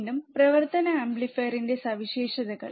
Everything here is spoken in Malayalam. വീണ്ടും പ്രവർത്തന ആംപ്ലിഫയറിന്റെ സവിശേഷതകൾ